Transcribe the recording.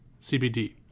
CBD